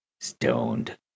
Stoned